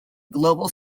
global